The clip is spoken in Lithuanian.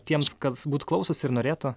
tiems kas būt klausosi ir norėtų